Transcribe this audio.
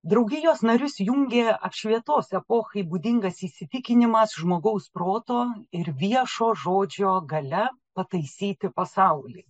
draugijos narius jungė apšvietos epochai būdingas įsitikinimas žmogaus proto ir viešo žodžio galia pataisyti pasaulį